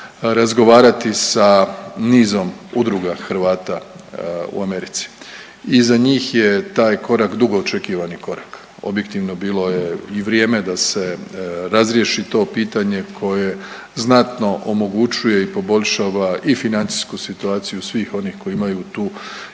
razgovarati sa nizom udruga Hrvata u Americi i za njih je taj korak dugo očekivani korak. Objektivno bilo je i vrijeme da se razriješi to pitanje koje znatno omogućuje i poboljšava i financijsku situaciju svih onih koji imaju tu